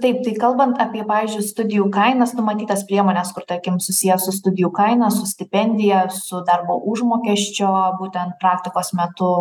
taip tai kalbant apie pavyzdžiui studijų kainas numatytas priemones kur tarkim susiję su studijų kaina su stipendija su darbo užmokesčio o būtent praktikos metu